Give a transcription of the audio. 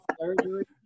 surgery